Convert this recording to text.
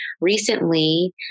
Recently